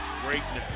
greatness